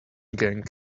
gang